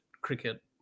cricket